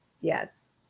Yes